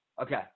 Okay